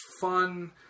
fun